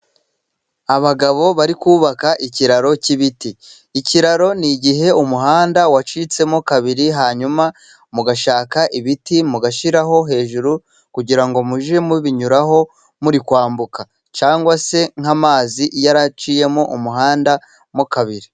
Abagabo bari kubaka ikiraro cy'ibiti, ikiraro ni igihe umuhanda wacitsemo kabiri, hanyuma mugashaka ibiti mugashyiraho hejuru kugira ngo mujye mubinyuraho muri kwambuka cyangwa se nk'amazi yaraciye umuhanda mo kabiri.